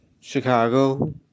Chicago